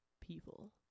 people